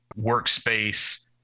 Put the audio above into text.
workspace